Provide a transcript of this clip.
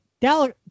Dallas